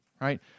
right